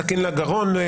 סכין לגרון,